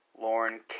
Lauren